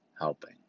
helping